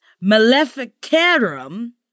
Maleficarum